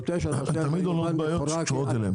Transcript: תמיד עולות בעיות שקשורות אליהם.